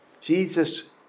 Jesus